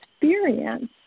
experience